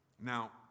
now